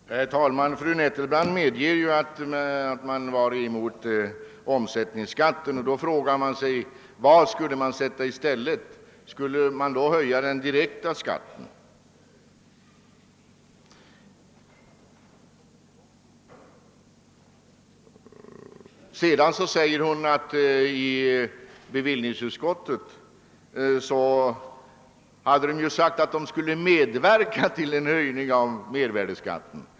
Herr talman! Fru Nettelbrandt medgav att de borgerliga motsatte sig omsättningsskatten, och då frågar man sig: Vad skulle man ha kommit med i stället? Skulle den direkta skatten ha höjts? Vidare sade hon att folkpartiet i bevillningsutskottet sagt sig vilja medverka till en höjning av mervärdeskatten.